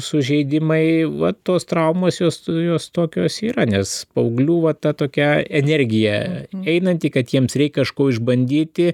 sužeidimai va tos traumos jos jos tokios yra nes paauglių va ta tokia energija einanti kad jiems reikia kažko išbandyti